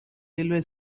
railway